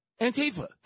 Antifa